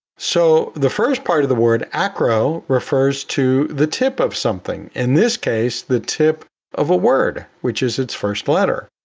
so the first part of the word acro refers to the tip of something, in this case the tip of a word, which is its first letter.